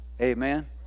Amen